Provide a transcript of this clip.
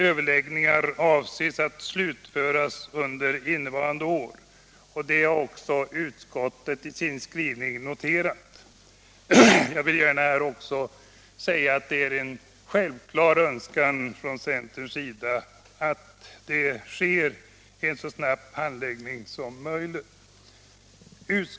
Överläggningarna avses slutföras under innevarande år, och det har utskottet i sin skrivning även noterat. Jag vill också gärna säga att det är en självklar önskan från centerns sida att det sker en så snabb handläggning som möjligt.